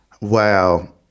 Wow